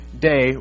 day